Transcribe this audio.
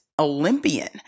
Olympian